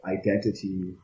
identity